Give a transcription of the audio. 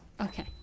Okay